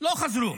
לא חזרו.